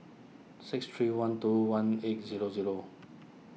six three one two one eight zero zero